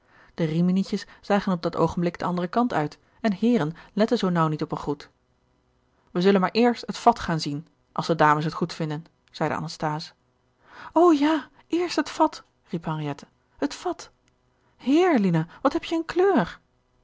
de riminietjes zagen op dat oogenblik den anderen kant uit en heeren letten zoo naauw niet op een groet wij zullen maar eerst het vat gaan zien als de dames het goedvinden zeide anasthase o ja eerst het vat riep henriette het vat heer lina wat heb je een kleur